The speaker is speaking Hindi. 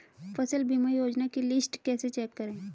फसल बीमा योजना की लिस्ट कैसे चेक करें?